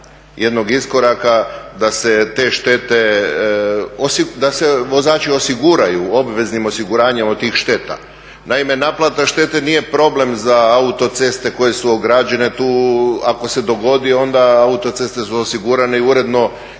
jednog iskoraka da se vozači osiguraju obveznim osiguranjem od tih šteta. Naime, naplata štete nije problem za autoceste koje su ograđene tu, ako se dogodi onda autoceste su osigurane i uredno